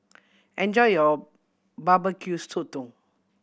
enjoy your Barbecue Sotong